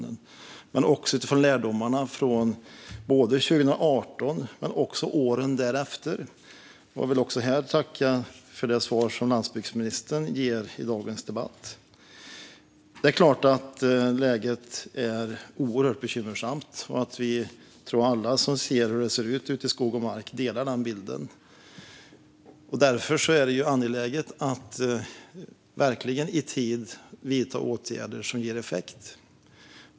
Man har också varit förutseende utifrån lärdomarna från 2018 men även åren därefter. Jag vill också tacka för landsbygdsministerns svar. Det är klart att läget är oerhört bekymmersamt, och jag tror att alla som ser hur det ser ut ute i skog och mark delar denna bild. Därför är det angeläget att i tid vidta åtgärder som ger effekt.